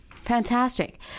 Fantastic